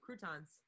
Croutons